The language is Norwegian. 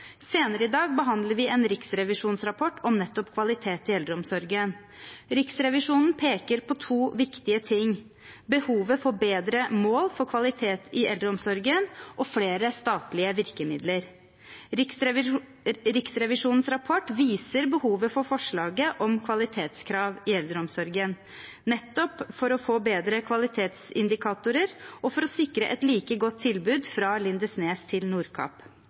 Senere i dag behandler vi en riksrevisjonsrapport om nettopp kvalitet i eldreomsorgen. Riksrevisjonen peker på to viktige ting: behovet for bedre mål på kvalitet i eldreomsorgen og flere statlige virkemidler. Riksrevisjonens rapport viser behovet for forslaget om kvalitetskrav i eldreomsorgen nettopp for å få bedre kvalitetsindikatorer og for å sikre et like godt tilbud fra Lindesnes til